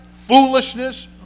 foolishness